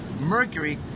Mercury